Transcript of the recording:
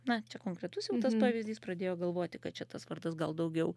na čia konkretus jau tas pavyzdys pradėjo galvoti kad čia tas vardas gal daugiau